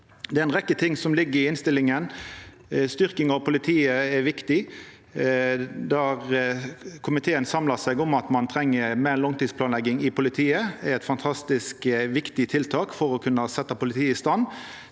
Det er ei rekkje ting som ligg i innstillinga. Styrking av politiet er viktig. Komiteen har samla seg om at ein treng meir langtidsplanlegging i politiet. Det er eit fantastisk viktig tiltak for å kunna setja politiet i stand.